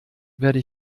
werde